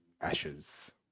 ashes